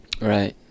Right